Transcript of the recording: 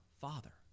Father